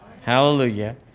Hallelujah